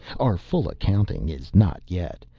our full accounting is not yet.